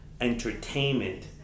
entertainment